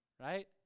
right